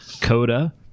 Coda